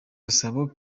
gasabo